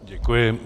Děkuji.